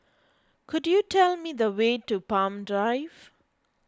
could you tell me the way to Palm Drive